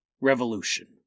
revolution